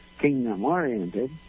kingdom-oriented